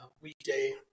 weekday